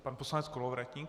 Pan poslanec Kolovratník.